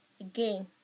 again